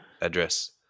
address